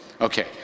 Okay